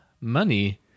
money